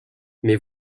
mais